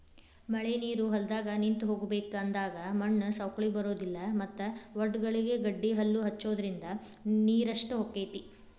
ಮಳಿನೇರು ಹೊಲದಾಗ ನಿಂತ ಹೋಗಬೇಕ ಅಂದಾಗ ಮಣ್ಣು ಸೌಕ್ಳಿ ಬರುದಿಲ್ಲಾ ಮತ್ತ ವಡ್ಡಗಳಿಗೆ ಗಡ್ಡಿಹಲ್ಲು ಹಚ್ಚುದ್ರಿಂದ ನೇರಷ್ಟ ಹೊಕೈತಿ